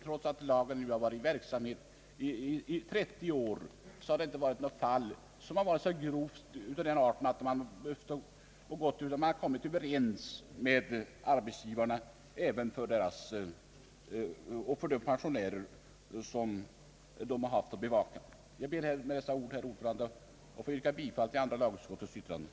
Trots att lagstiftningen nu har varit i kraft i trettio år har det inte förekommit några fall av den arten, utan man har kommit överens med arbetsgivarna för de pensionärer vilkas rätt man haft att bevaka. Herr talman! Jag ber att få yrka bifall till andra lagutskottets utlåtande.